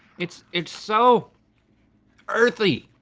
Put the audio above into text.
it's it's so earthy.